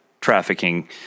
trafficking